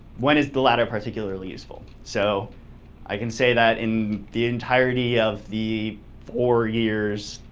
when is the latter particularly useful? so i can say that in the entirety of the four years,